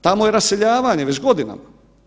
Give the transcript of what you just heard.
Tamo je raseljavanje već godinama.